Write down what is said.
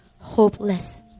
hopeless